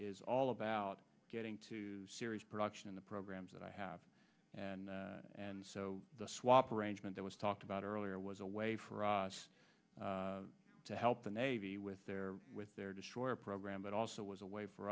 is all about getting to series production in the programs that i have and and so the swap arrangement that was talked about earlier was a way for us to help the navy with their with their destroyer program but it was a way for